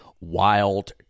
Wild